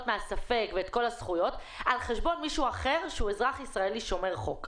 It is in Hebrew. מהספק ואת כל הזכויות על חשבון מישהו אחר שהוא אזרח ישראלי שומר חוק.